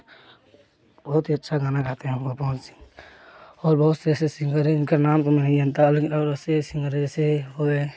बहुत ही अच्छा गाना गाते हैं हमको पवन सिंह और बहुत से ऐसे सिंगर है उनका नाम से हुए